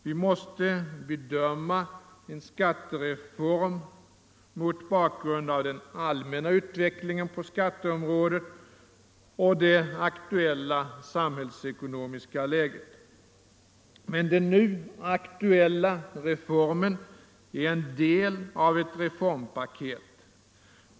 Vi måste bedöma en skattereform mot bakgrund av den allmänna utvecklingen på skatteområdet och det aktuella samhällsekonomiska läget. Men den nu aktuella reformen är en del av ett reformpaket.